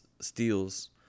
steals